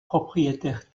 propriétaire